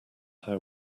how